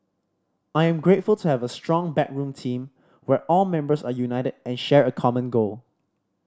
I am grateful to have a strong backroom team where all members are united and share a common goal